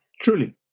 Truly